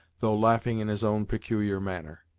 though laughing in his own peculiar manner.